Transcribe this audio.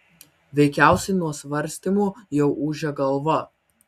veikiausiai nuo svarstymų jau ūžia galva